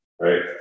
right